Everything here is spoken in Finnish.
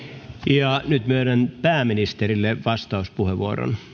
ja nyt myönnän pääministerille vastauspuheenvuoron